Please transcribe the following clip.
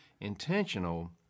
intentional